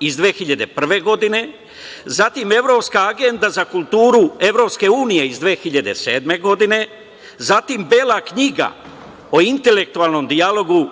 iz 2001. godine, Evropska agenda za kulturu EU iz 2007. godine, Bela knjiga o intelektualnom dijalogu